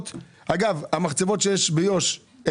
אגב, 20% מהמחצבות הן ביו"ש.